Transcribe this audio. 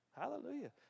Hallelujah